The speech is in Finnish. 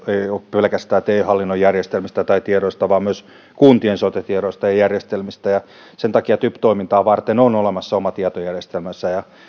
ole pelkästään te hallinnon järjestelmistä tai tiedoista vaan myös kuntien sote tiedoista ja ja järjestelmistä sen takia typ toimintaa varten on olemassa oma tietojärjestelmänsä